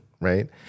right